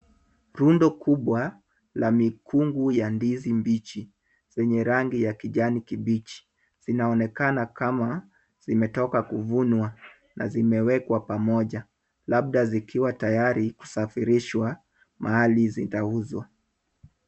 Rundo kubwa la mikungu ya ndizi mbichi zenye rangi ya kijani kibichi zinaonekana kama zimetoka kuvunwa na zimewekwa pamoja labda zikiwa tayari kusafirishwa mahali zinauzwa.